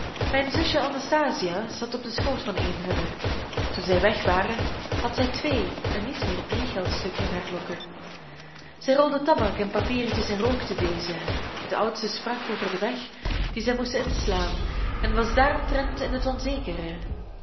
mijn zusje anastasia zat op den schoot van een hunner toen zij weg waren had zij twee en niet meer drie geldstukken in haar lokken zij rolden tabak in papiertjes en rookten deze de oudste sprak over den weg dien zij moesten inslaan en was daaromtrent in het onzekere